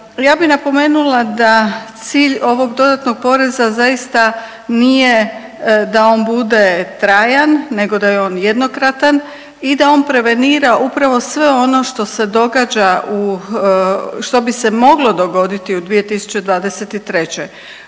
Ja bi napomenula da cilj ovog dodatnog poreza zaista nije da on bude trajan nego da je on jednokratan i da on prevenira upravo sve ono što se događa u, što bi se moglo dogoditi u 2023..